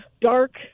dark